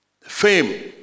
Fame